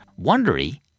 Wondery